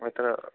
अत्र